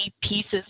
pieces